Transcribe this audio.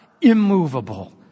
immovable